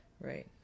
Right